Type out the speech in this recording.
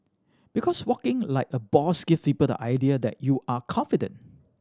because walking like a boss gives people the idea that you are confident